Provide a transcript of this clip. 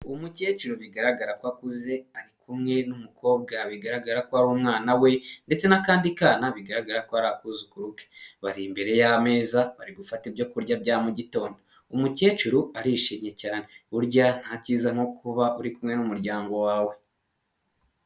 Umukecuru bigaragara ko akuze ari kumwe n'umukobwa bigaragara ko ari umwana we, ndetse n'akandi kana bigaragara ko ari akuzukuruke, bari imbere y'ameza bari gufata ibyo kurya bya mu mugitondo, umukecuru arishimye cyane, burya ntakiza nko kuba uri kumwe n'umuryango wawe.